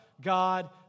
God